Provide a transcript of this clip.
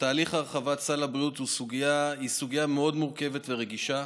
שתהליך הרחבת סל הבריאות הוא סוגיה מאוד מורכבת ורגישה.